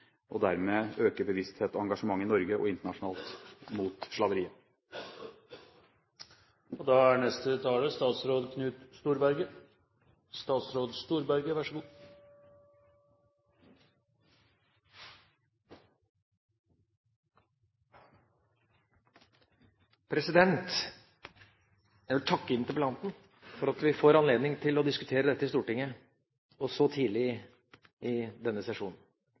og dermed øker bevissthet og engasjement i Norge, og internasjonalt, mot slaveri. Jeg vil takke interpellanten for at vi får anledning til å diskutere dette i Stortinget, og så tidlig i denne sesjonen.